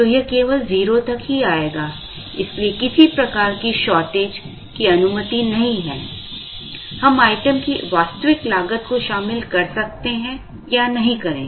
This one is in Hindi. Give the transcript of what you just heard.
तो यह केवल 0 तक ही आएगा इसलिए किसी प्रकार की शॉर्टेज की अनुमति नहीं है हम आइटम की वास्तविक लागत को शामिल कर सकते हैं या नहीं करें